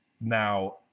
Now